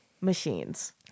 machines